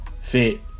Fit